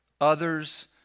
others